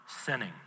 sinning